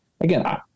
Again